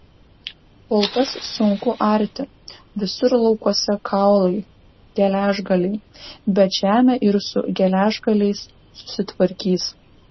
kol kas sunku arti visur laukuose kaulai geležgaliai bet žemė ir su geležgaliais susitvarkys